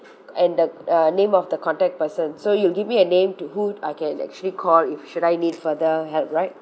and the uh name of the contact person so you'll give me a name to who I can actually call if should I need further help right